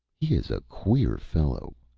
he is a queer fellow,